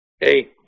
Hey